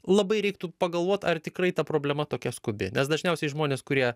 labai reiktų pagalvot ar tikrai ta problema tokia skubi nes dažniausiai žmonės kurie